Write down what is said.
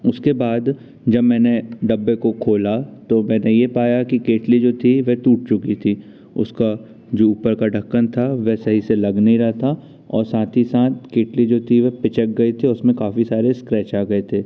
उसके बाद जब मैंने डब्बे को खोला तो मैंने यह पाया कि केतली जो थी वह टूट चुकी थी उसका जो ऊपर का ढक्कन था वह सही से लग नहीं रहा था और साथ ही साथ केतली जो थी वह पिचक गई थी और उसमें काफ़ी सारे स्क्रैच आ गए थे